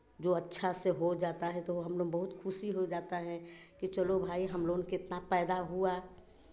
जो अच्छा से हो जाता है तो हमलोग बहुत खुशी हो जाता है की चलो भाई हमलोगन के इतना पैदा हुआ